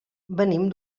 venim